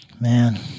Man